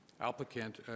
applicant